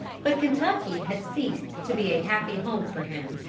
but kentucky had ceased to be a happy home for him.